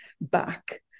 back